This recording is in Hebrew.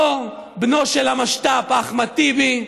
לא בנו של המשת"פ, אחמד טיבי,